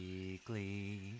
Weekly